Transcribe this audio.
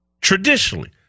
traditionally